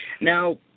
Now